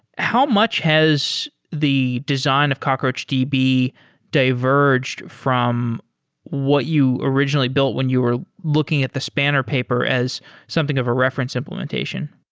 how much has the design of cockroachdb diverged from what you originally built when you were looking at the spanner paper as something of a reference implementation?